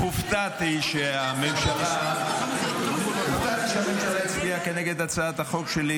הופתעתי מכך שהממשלה הצביעה נגד הצעת החוק שלי,